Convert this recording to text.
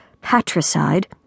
patricide